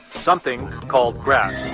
something called grass